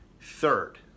Third